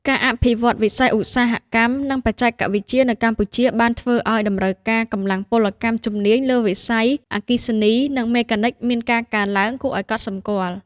ការអភិវឌ្ឍន៍វិស័យឧស្សាហកម្ម និងបច្ចេកវិទ្យានៅកម្ពុជា បានធ្វើឱ្យតម្រូវការកម្លាំងពលកម្មជំនាញលើវិស័យអគ្គិសនី និងមេកានិកមានការកើនឡើងគួរឱ្យកត់សម្គាល់។